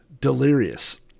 delirious